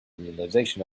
realization